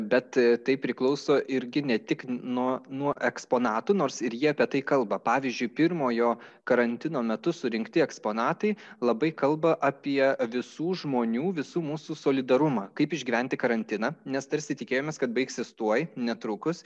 bet tai priklauso irgi ne tik nuo nuo eksponatų nors ir jie apie tai kalba pavyzdžiui pirmojo karantino metu surinkti eksponatai labai kalba apie visų žmonių visų mūsų solidarumą kaip išgyventi karantiną nes tarsi tikėjomės kad baigsis tuoj netrukus